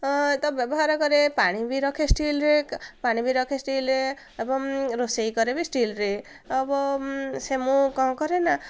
ତ ବ୍ୟବହାର କରେ ପାଣି ବି ରଖେ ଷ୍ଟିଲରେ ପାଣି ବି ରଖେ ଷ୍ଟିଲରେ ଏବଂ ରୋଷେଇ କରେ ବି ଷ୍ଟିଲରେ ସେ ମୁଁ କ'ଣ କରେ ନା